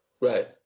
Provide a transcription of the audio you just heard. Right